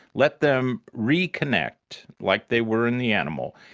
let them reconnect, like they were in the animal.